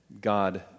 God